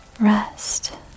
rest